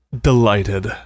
delighted